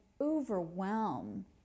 overwhelm